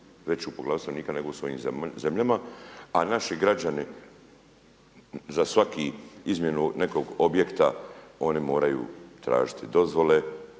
veću po glavi stanovnika nego u svojim zemljama, a naši građani za svaku izmjenu nekog objekta oni moraju tražiti dozvole,